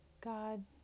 God